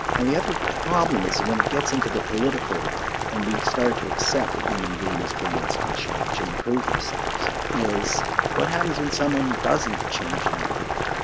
and the other problem is that when it gets into the political realm and we start to accept that human beings' brains can change and improve themselves, is what happens when someone doesn't change and improve?